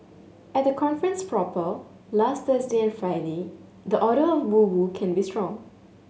at the conference proper last Thursday and Friday the odour of woo woo can be strong